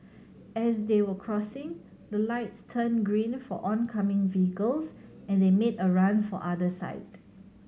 as they were crossing the lights turned green for oncoming vehicles and they made a run for other side